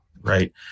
right